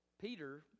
Peter